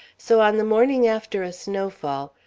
so on the morning after a snowfall,